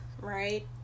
right